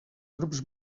grups